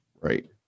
Right